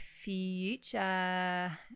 future